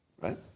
Right